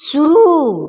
शुरू